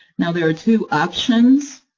now, there are two options,